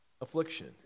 affliction